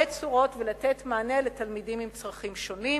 צורות ולתת מענה לתלמידים עם צרכים שונים.